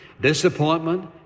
Disappointment